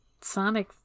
Sonic